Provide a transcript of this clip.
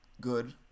good